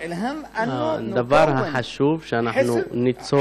הדבר החשוב הוא שאנחנו ניצור,